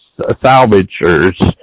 salvagers